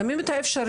שמים את האפשרויות,